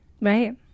Right